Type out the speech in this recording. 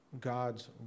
God's